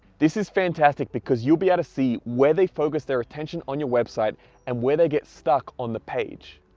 this is fantastic because you'll be able to see where they focus their attention on your website and where they get stuck on the page.